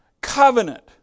covenant